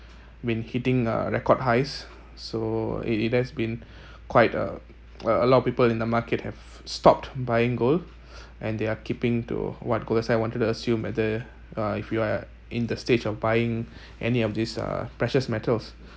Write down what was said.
been hitting uh record highs so it it has been quite a uh a lot of people in the market have stopped buying gold and they are keeping to what golds I wanted to assume whether uh if you are in the stage of buying any of this uh precious metals